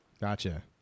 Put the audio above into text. Gotcha